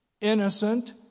innocent